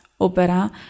opera